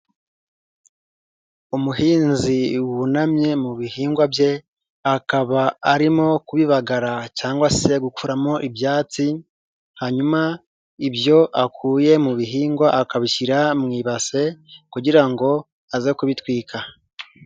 Umuhinzi wunamye mu bihingwa bye akaba arimo kubibagara cyangwa se gukuramo ibyatsi, hanyuma ibyo akuye mu bihingwa akabishyira mu ibase kugira ngo aze kubitwika.